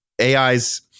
ai's